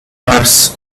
mars